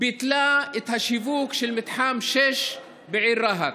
ביטלה את השיווק של מתחם 6 בעיר רהט.